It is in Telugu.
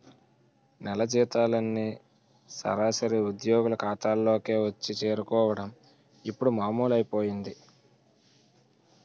నెల జీతాలన్నీ సరాసరి ఉద్యోగుల ఖాతాల్లోకే వచ్చి చేరుకోవడం ఇప్పుడు మామూలైపోయింది